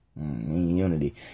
unity